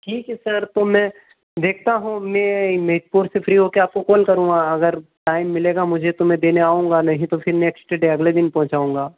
ठीक है सर तो मैं देखता हूँ मैं मनिकपुर से फ्री होके आपको कॉल करूँगा अगर टाइम मिलेगा मुझे तो मैं देने आऊँगा नहीं तो फिर नेक्स्ट डे अगले दिन पहुँचाऊँगा